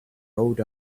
rolled